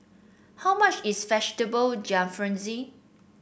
how much is Vegetable Jalfrezi